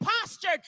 postured